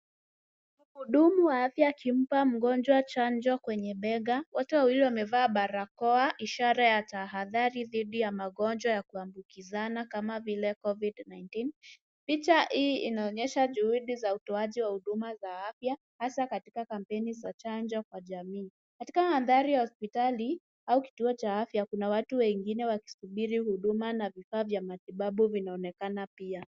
Mhudumu wa afya akimpa mgonjwa chanjo kwenye bega. Wote wawili wamevaa barakoa, ishara ya tahadhari dhidi ya magonjwa ya kuambukizana kama vile Covid 19. Picha hii inaonyesha juhudi za utoaji wa huduma za afya hasa katika kampeni za chanjo kwa jamii. Katika mandhari ya hospitali au kituo cha afya, kuna watu wengine wakisubiri huduma na vifaa vya matibabu vinaonekana pia.